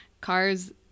cars